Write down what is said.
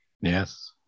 Yes